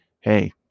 hey